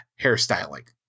hairstyling